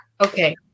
Okay